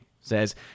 says